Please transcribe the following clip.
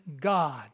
God